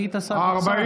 והיית שר אוצר,